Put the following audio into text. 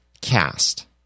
cast